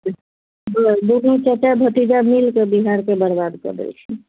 दुनू चाचा भतीजा मिलिकऽ बिहारके बरबाद कऽ देलखिन